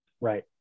Right